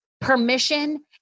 permission